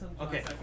Okay